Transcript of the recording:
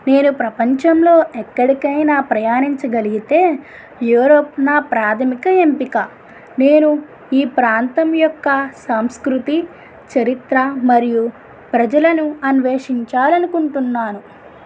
నేను ప్రపంచంలో ఎక్కడికి అయినా ప్రయాణించగలిగితే యూరోప్ నా ప్రాథమిక ఎంపిక నేను ఈ ప్రాంతం యొక్క సంస్కృతి చరిత్ర మరియు ప్రజలను అన్వేషించాలి అనుకుంటున్నాను